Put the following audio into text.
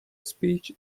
speech